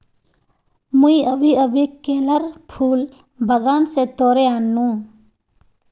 मुई अभी अभी केलार फूल बागान स तोड़े आन नु